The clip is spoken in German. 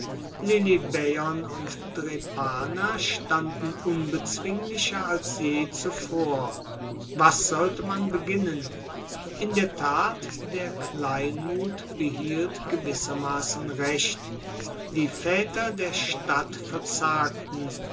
lilybaeon und drepana standen unbezwinglicher als je zuvor was sollte man beginnen in der tat der kleinmut behielt gewissermassen recht die vaeter der stadt verzagten